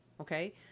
Okay